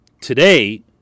Today